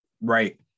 right